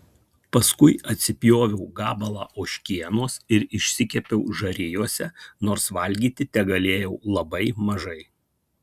paskui atsipjoviau gabalą ožkienos ir išsikepiau žarijose nors valgyti tegalėjau labai mažai